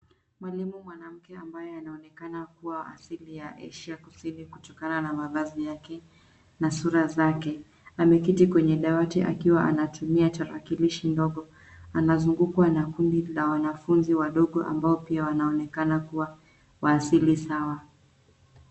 Mwalimu mwanamke ambaye anaonekana kuwa asili ya Asia[cs ]kusini kutokana na mavazi yake na sura zake. Ameketi kwenye dawati akiwa anatumia tarakilishi ndogo anazungukwa na kundi la wanafunzi wadogo ambao pia wanaonekana kuwa wa asili sawa.